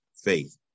faith